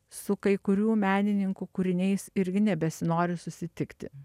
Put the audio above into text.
su kai kurių menininkų kūriniais irgi nebesinori susitikti